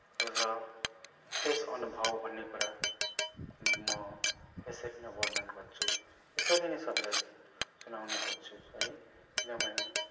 र त्यस अनुभव भन्ने कुरा म यसरी नै वर्णन गर्छु यसरी नै सबैलाई सुनाउने गर्छु है किनभने